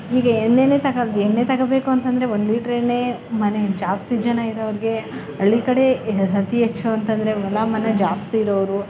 ಹೀಗೆ ಎಣ್ಣೆನೆ ತಗೊಳ್ತ ಎಣ್ಣೆ ತಗೊಳ್ಬೇಕು ಅಂತ ಅಂದ್ರೆ ಒಂದು ಲೀಟರ್ ಎಣ್ಣೆ ಮನೆಗೆ ಜಾಸ್ತಿ ಜನ ಇರೋರಿಗೆ ಹಳ್ಳಿ ಕಡೆ ಅತಿ ಹೆಚ್ಚು ಅಂತ ಅಂದ್ರೆ ಹೊಲ ಮನೆ ಜಾಸ್ತಿ ಇರೋವ್ರು